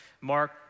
Mark